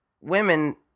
women